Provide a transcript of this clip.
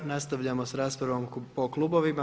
Nastavljamo sa raspravom po klubovima.